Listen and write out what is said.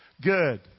Good